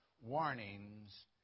warnings